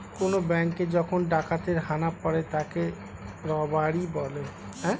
কোন ব্যাঙ্কে যখন ডাকাতের হানা পড়ে তাকে রবারি বলে